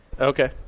Okay